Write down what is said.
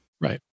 right